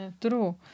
True